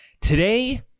Today